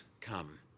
come